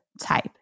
type